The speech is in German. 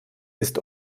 ist